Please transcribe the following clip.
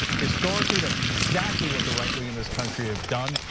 historically, that's exactly what the right wing in this country have done,